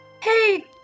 Hey